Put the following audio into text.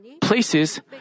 places